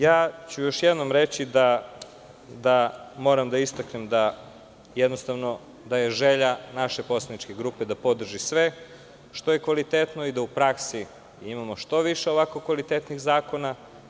Još jednom moram da istaknem da je želja naše poslaničke grupe da podrži sve što je kvalitetno i da u praksi imamo što više ovako kvalitetnih zakona.